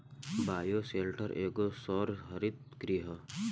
bioshelter एगो सौर हरित गृह ह